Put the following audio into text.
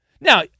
Now